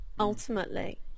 Ultimately